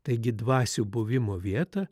taigi dvasių buvimo vietą